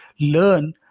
learn